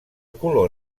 color